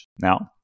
Now